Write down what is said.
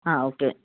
ആ ഓക്കെ